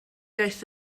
iaith